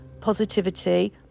positivity